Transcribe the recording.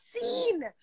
scene